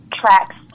tracks